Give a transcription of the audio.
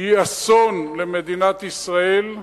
היא אסון למדינת ישראל,